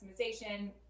customization